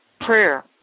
prayer